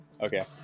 Okay